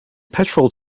petrol